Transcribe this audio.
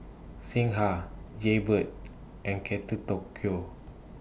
Singha Jaybird and Kate Tokyo